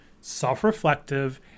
self-reflective